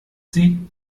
sie